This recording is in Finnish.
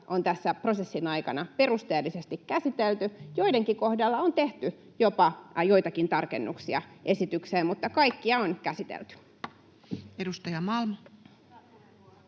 on tässä prosessin aikana perusteellisesti käsitelty. Joidenkin kohdalla on tehty jopa joitakin tarkennuksia esitykseen. Mutta kaikkia